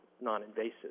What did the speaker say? non-invasive